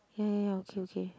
ya ya ya okay okay